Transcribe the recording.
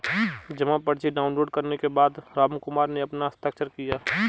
जमा पर्ची डाउनलोड करने के बाद रामकुमार ने अपना हस्ताक्षर किया